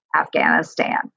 afghanistan